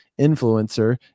influencer